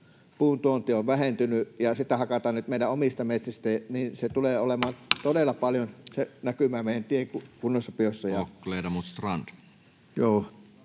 puun tuonti on vähentynyt ja puuta hakataan nyt meidän omista metsistämme: se tulee todella paljon näkymään meidän teiden kunnossapidossa.